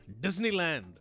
Disneyland